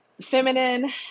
feminine